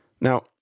Now